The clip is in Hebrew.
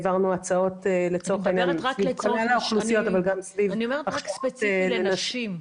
לצורך העניין העברנו הצעות סביב כל --- אני שואלת ספציפית על נשים,